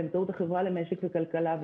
באמצעות החברה למשק וכלכלה,